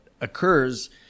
occurs